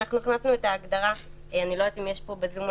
מה ההגדרה של מסגרת רווחה?